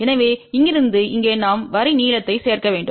எனவே இங்கிருந்து இங்கே நாம் வரி நீளத்தை சேர்க்க வேண்டும்